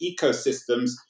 ecosystems